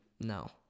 No